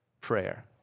prayer